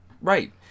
right